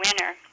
winner